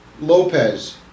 Lopez